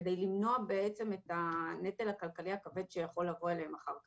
על מנת למנוע בעצם את הנטל הכלכלי הכבד שיכול לבוא עליהם אחר כך.